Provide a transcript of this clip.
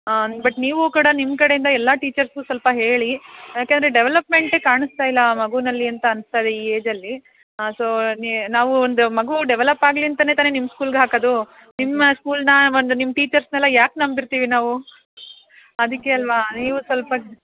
ಹಾಂ ಬಟ್ ನೀವು ಕೂಡ ನಿಮ್ಕಡೆಯಿಂದ ಎಲ್ಲ ಟೀಚರ್ಸ್ಗೂ ಸ್ವಲ್ಪ ಹೇಳಿ ಯಾಕೆಂದ್ರೆ ಡೆವ್ಲಪ್ಮೆಂಟೇ ಕಾಣಿಸ್ತಾ ಇಲ್ಲ ಆ ಮಗುವಲ್ಲಿ ಅಂತ ಅನಿಸ್ತಾ ಇದೆ ಈ ಏಜಲ್ಲಿ ಸೊ ನೀ ನಾವು ಒಂದು ಮಗು ಡೆವ್ಲಪ್ ಆಗಲಿ ಅಂತಲೇ ತಾನೇ ನಿಮ್ಮ ಸ್ಕೂಲ್ಗೆ ಹಾಕೋದು ನಿಮ್ಮ ಸ್ಕೂಲನ್ನ ಒಂದು ನಿಮ್ಮ ಟೀಚೆರ್ಸನೆಲ್ಲ ಯಾಕೆ ನಂಬಿರ್ತೀವಿ ನಾವು ಅದಕ್ಕೆ ಅಲ್ವ ನೀವು ಸ್ವಲ್ಪ